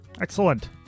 Excellent